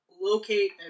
locate